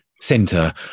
center